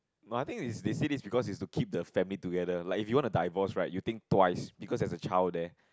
no I think they they said this because is to keep the family together like if you want to divorce right you think twice because there is a child there